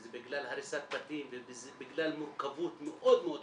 זה בגלל הריסת בתים וזה בגלל מורכבות מאוד מאוד קשה.